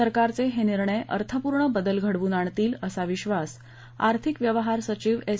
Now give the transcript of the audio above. सरकारचे हे निर्णय अर्थपूर्ण बदल घडवून आणतील असा विश्वास आर्थिक व्यवहार सचिव एस